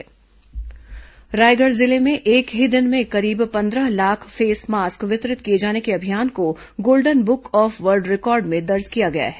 Raigarh face mask अभियान रायगढ़ जिले में एक ही दिन में करीब पंद्रह लाख फेसमास्क वितरित किए जाने के अभियान को Golden Book of World Record में दर्ज किया गया है